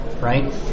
right